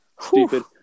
stupid